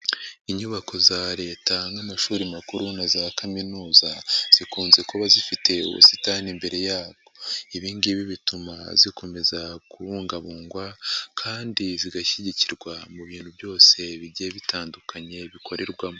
Inyubako za Leta n'amashuri makuru na za Kaminuza, zikunze kuba zifite ubusitani imbere yazo, ibi ngibi bituma zikomeza kubungabungwa kandi zigashyigikirwa mu bintu byose bigiye bitandukanye bikorerwamo.